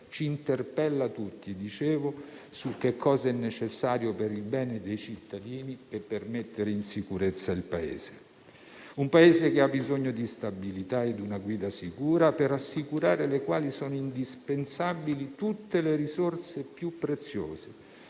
Ci interpella tutti su cosa è necessario per il bene dei cittadini e per mettere in sicurezza il Paese, che ha bisogno di stabilità e di una guida sicura, per assicurare le quali sono indispensabili tutte le risorse più preziose